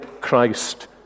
Christ